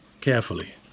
Carefully